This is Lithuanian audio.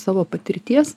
savo patirties